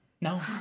no